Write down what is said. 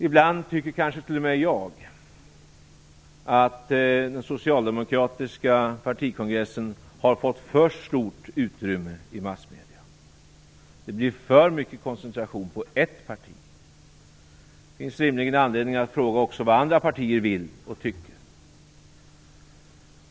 Ibland tycker kanske t.o.m. jag att den socialdemokratiska partikongressen har fått för stort utrymme i massmedier. Det blir för mycket koncentration på ett parti. Det finns rimligen anledning att också fråga vad andra partier vill och tycker.